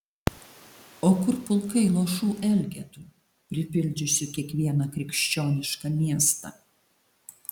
o kur pulkai luošų elgetų pripildžiusių kiekvieną krikščionišką miestą